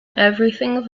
everything